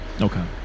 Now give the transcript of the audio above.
Okay